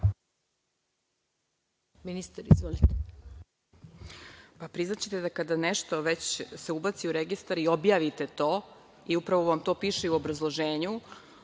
Mihajlović** Priznaćete da kada nešto već se ubaci u registar i objavite to, upravo to piše u obrazloženju,